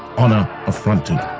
honour affronted.